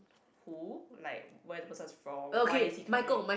who like where the person is from why is he coming